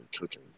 cooking